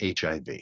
HIV